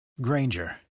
Granger